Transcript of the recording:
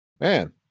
Man